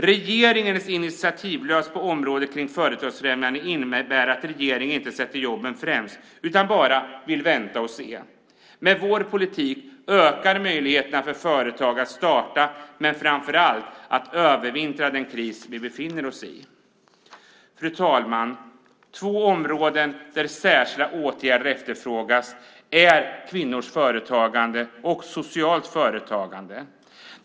Regeringens initiativlöshet på området kring företagsfrämjande innebär att regeringen inte sätter jobben främst utan bara vill vänta och se. Med vår politik ökar möjligheterna för företag att starta men framför allt att övervintra i den kris vi befinner oss i. Fru talman! Två områden där särskilda åtgärder efterfrågas är kvinnors företagande och socialt företagande.